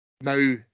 Now